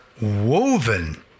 woven